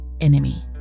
enemy